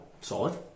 Solid